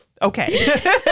Okay